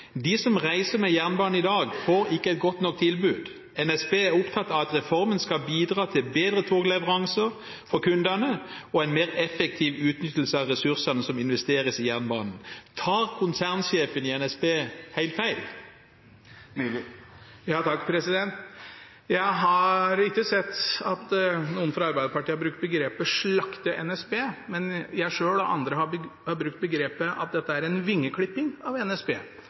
«De som reiser med jernbanen i dag, får ikke et godt nok tilbud. NSB er opptatt av at reformen skal bidra til bedre togleveranser for kundene og en mer effektiv utnyttelse av ressursene som investeres i jernbanen». Tar konsernsjefen i NSB helt feil? Jeg har ikke sett at noen fra Arbeiderpartiet har brukt begrepet «slakte NSB», men jeg selv og andre har brukt begrepet «vingeklipping» av NSB.